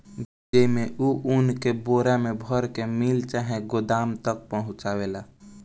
जेइमे, उ अन्न के बोरा मे भर के मिल चाहे गोदाम तक पहुचावेला